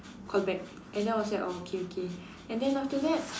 call back and then I was like orh okay okay and then after that